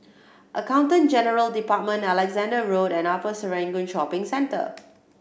Accountant General Department Alexandra Road and Upper Serangoon Shopping Centre